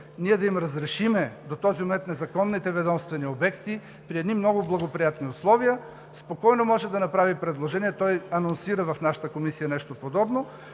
да им разрешим до този момент незаконните ведомствени обекти при едни много благоприятни условия, спокойно може да направи предложение – той анонсира в нашата Комисия нещо подобно,